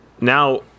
now